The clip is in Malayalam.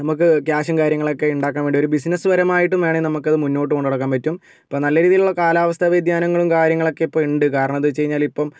നമുക്ക് ക്യാഷും കാര്യങ്ങളൊക്കെ ഉണ്ടാക്കാൻ വേണ്ടി ഒരു ബിസിനസ്സ് പരമായിട്ടും വേണമെങ്കിൽ നമുക്കത് മുന്നോട്ടുകൊണ്ടുനടക്കാൻ പറ്റും ഇപ്പോൾ നല്ല രീതിയിലുള്ള കാലവസ്ഥ വ്യതിയാനങ്ങളും കാര്യങ്ങളൊക്കെ ഇപ്പോൾ ഉണ്ട് കാരണം എന്ത് വച്ച് കഴിഞ്ഞാൽ ഇപ്പം